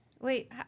Wait